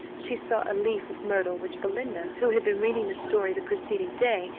she saw a leaf of myrtle which belinda, who had been reading the story the preceding day,